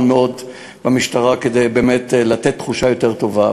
מאוד במשטרה כדי באמת לתת תחושה יותר טובה,